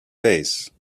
face